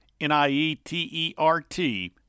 N-I-E-T-E-R-T